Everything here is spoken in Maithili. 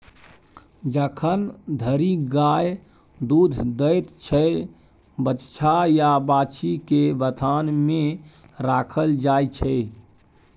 जखन धरि गाय दुध दैत छै बछ्छा या बाछी केँ बथान मे राखल जाइ छै